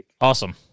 Awesome